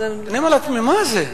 אני אומר לעצמי: מה זה?